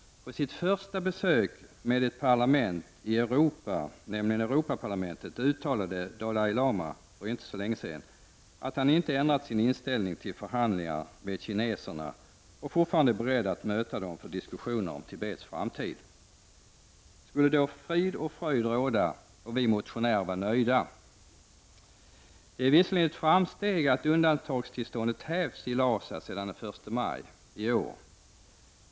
På sitt första besök i ett parlament i Europa, nämligen Europaparlamentet, uttalade Dalai Lama för inte så länge sedan att han inte har ändrat sin inställning till förhandlingar med kineserna och fortfarande är beredd att möta dem för diskussioner om Tibets framtid. Skulle då frid och fröjd råda och vi motionärer vara nöjda? Det är visserligen ett framsteg att undantagstillståndet hävts i Lhasa den 1 maj i år.